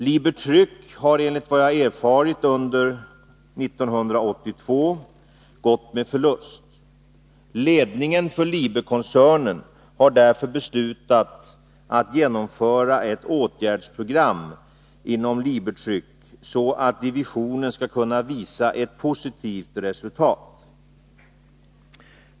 LiberTryck har, enligt vad jag erfarit, under år 1982 gått med förlust. Ledningen för Liber-koncernen har därför beslutat att genomföra ett åtgärdsprogram inom LiberTryck, så att divisionen skall kunna visa ett positivt resultat.